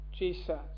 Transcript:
Jesus